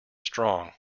strong